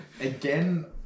again